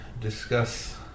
discuss